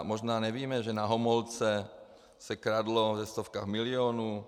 Možná nevíme, že na Homolce se kradlo ve stovkách milionů.